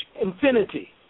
infinity